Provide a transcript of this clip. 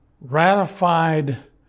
ratified